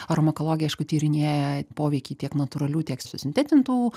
aromakologija aišku tyrinėja poveikį tiek natūralių tiek susintetintų